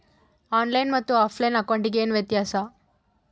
On line ಮತ್ತೆ offline ಅಕೌಂಟಿಗೆ ಏನು ವ್ಯತ್ಯಾಸ?